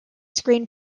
screen